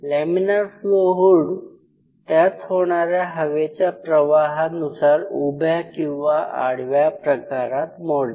laminar flow hood त्यात होणाऱ्या हवेच्या प्रवाहानुसार उभ्या किंवा आडव्या प्रकारात मोडते